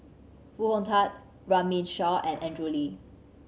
Foo Hong Tatt Runme Shaw and Andrew Lee